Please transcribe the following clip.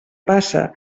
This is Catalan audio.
passa